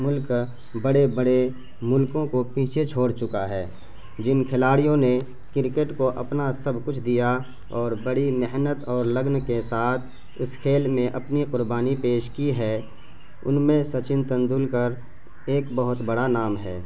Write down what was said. ملک بڑے بڑے ملکوں کو پیچھے چھوڑ چکا ہے جن کھلاڑیوں نے کرکٹ کو اپنا سب کچھ دیا اور بڑی محنت اور لگن کے ساتھ اس کھیل میں اپنی قربانی پیش کی ہے ان میں سچن تندولکر ایک بہت بڑا نام ہے